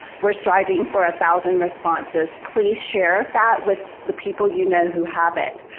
we're striving for a thousand responses. please share that with the people you know who have it.